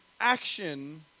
action